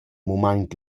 mumaint